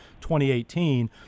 2018